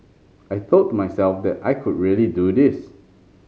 I told myself that I could really do this